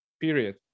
Period